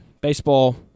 baseball